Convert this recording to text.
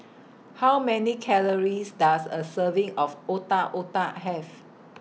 How Many Calories Does A Serving of Otak Otak Have